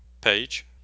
page